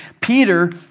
Peter